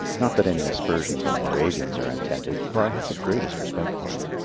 not that any aspersions on the moravians are intended, for i have the greatest respect for them.